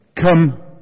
come